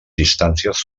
distàncies